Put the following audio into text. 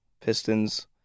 Pistons